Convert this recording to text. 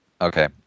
Okay